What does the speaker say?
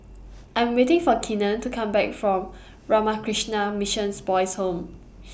I'm waiting For Keenen to Come Back from Ramakrishna Missions Boys' Home